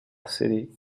city